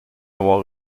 avoir